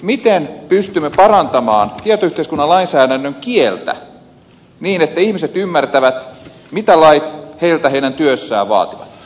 miten pystymme parantamaan tietoyhteiskunnan lainsäädännön kieltä niin että ihmiset ymmärtävät mitä lait heiltä heidän työssään vaativat